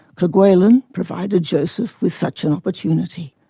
kerguelen provided joseph with such an opportunity.